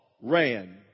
ran